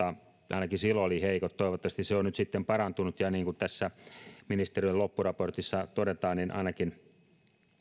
ainakin silloin olivat heikot toivottavasti se on nyt parantunut ja niin kuin tässä ministeriön loppuraportissa todetaan niin ainakin